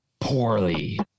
poorly